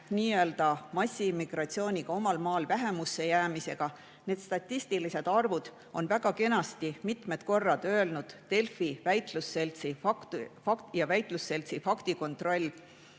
hirmutamine massiimmigratsiooniga, omal maal vähemusse jäämisega – nende statistiliste arvude kohta on väga kenasti mitmed korrad öelnud Delfi ja väitlusseltsi Faktikontroll,